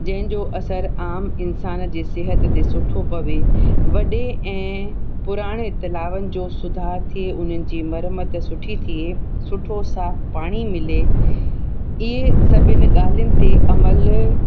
जंहिंजो असरु आम इंसान जे सिहत ते सुठो पए वॾे ऐं पुराणे तलावनि जो सुधार थिए उन्हनि जी मरम्मत सुठी थिए सुठो साफ़ पाणी मिले इहे सभिनि ॻाल्हियुनि ते अमल